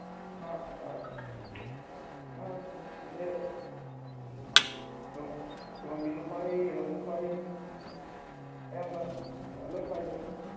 ꯑ ꯉꯥꯁꯦ ꯇꯨꯡꯍꯟꯕꯤꯁꯨ ꯐꯥꯏ ꯔꯧꯁꯨ ꯐꯥꯏ ꯑꯌꯥꯝꯕ ꯂꯣꯏ ꯐꯥꯏꯗ